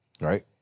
right